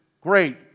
great